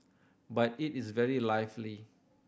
but it is very lively